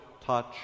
touch